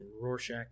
rorschach